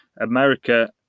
America